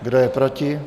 Kdo je proti?